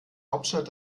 hauptstadt